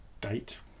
date